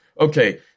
okay